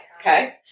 Okay